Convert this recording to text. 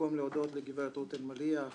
מקום להודות לגברת רות אלמליח,